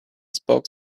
spoke